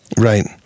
Right